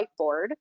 whiteboard